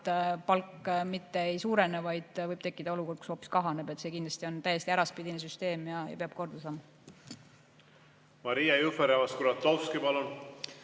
palk mitte ei suurene, vaid võib tekkida olukord, kus see hoopis kahaneb. See kindlasti on täiesti äraspidine süsteem ja selle peab korda saama.